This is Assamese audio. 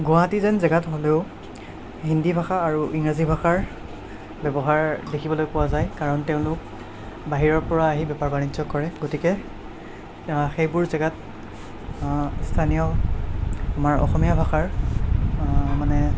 গুৱাহাটী যেন জেগাত হ'লেও হিন্দী ভাষা আৰু ইংৰাজী ভাষাৰ ব্যৱহাৰ দেখিবলৈ পোৱা যায় কাৰণ তেওঁলোক বাহিৰৰপৰা আহি বেপাৰ বাণিজ্য কৰে গতিকে সেইবোৰ জেগাত ইস্থানীয় আমাৰ অসমীয়া ভাষাৰ মানে